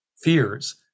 fears